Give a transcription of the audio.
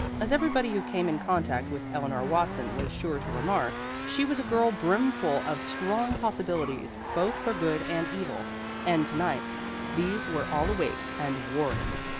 as everybody who came in contact with eleanor watson was sure to remark, she was a girl brimful of strong possibilities both for good and evil and to-night these were all awake and warring.